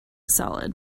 solid